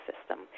system